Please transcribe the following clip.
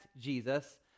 Jesus